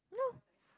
no